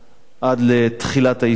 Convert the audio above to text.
עד לתחילת היישום,